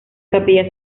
capilla